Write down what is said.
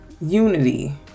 unity